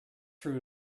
fruit